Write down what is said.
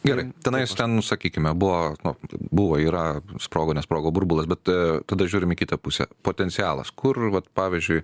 gerai tenais ten sakykime buvo nu buvo yra sprogo nesprogo burbulas bet tada žiūrim į kitą pusę potencialas kur vat pavyzdžiui